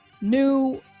new